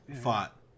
Fought